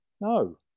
No